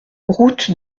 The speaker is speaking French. route